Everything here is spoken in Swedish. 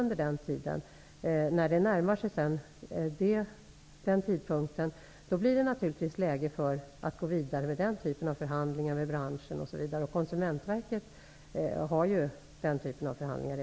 När vi närmar oss juni 1995, blir det läge för att gå vidare med den typen av förhandling med branschen. Konsumentverket bedriver redan den typen av förhandlingar.